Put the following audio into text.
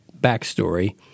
backstory